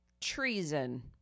treason